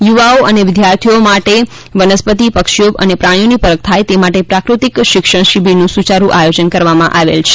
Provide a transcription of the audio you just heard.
યુવાઓ અને વિદ્યાર્થીઓ માટે વનસ્પતિ પક્ષીઓ અને પ્રાણીઓની પરખ થાય તે માટે પ્રાકૃતિક શિક્ષણ શિબીરનું સુચારૂ આયોજન કરવામાં આવે છે